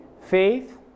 faith